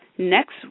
Next